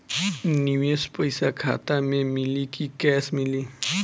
निवेश पइसा खाता में मिली कि कैश मिली?